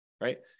right